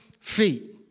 feet